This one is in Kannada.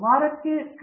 ಪ್ರತಾಪ್ ಹರಿಡೋಸ್ ಸರಿ